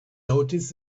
noticed